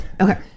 Okay